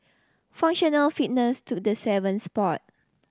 functional fitness took the seventh spot